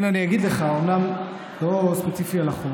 אני אגיד לך, אומנם לא ספציפית על החוק,